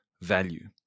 value